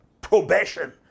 Probation